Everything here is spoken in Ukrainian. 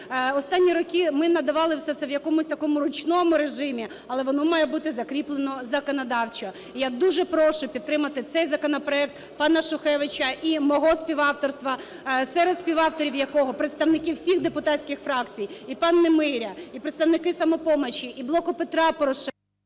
Останні роки ми надавали все це в якомусь такому ручному режимі, але воно має бути закріплено законодавчо. І я дуже прошу підтримати цей законопроект пана Шухевича і мого співавторства. Серед співавторів якого представники всіх депутатських фракцій: і пан Немиря, і представники "Самопомочі", і "Блоку Петра Порошенка"…